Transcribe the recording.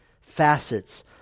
facets